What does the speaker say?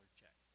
check